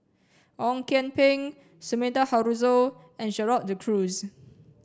Ong Kian Peng Sumida Haruzo and Gerald De Cruz